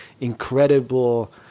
incredible